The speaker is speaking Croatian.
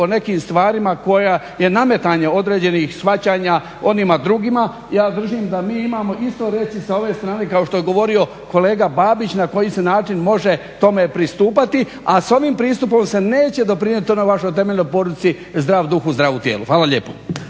o nekim stvarima koje su nametanje određenih shvaćanja onima drugima. Ja držim da mi imamo isto reći sa ove strane kao što je govorio kolega Babić na koji se način može tome pristupati, a s ovim pristupom se neće doprinijeti onoj vašoj temeljnoj poruci zdrav duh u zdravu tijelu. Hvala lijepo.